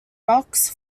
rocks